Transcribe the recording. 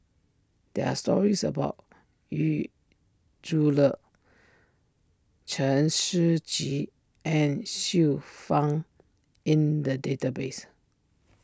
there are stories about Yu Zhule Chen Shiji and Xiu Fang in the database